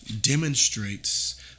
demonstrates